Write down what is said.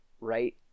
right